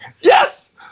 Yes